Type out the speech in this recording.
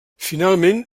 finalment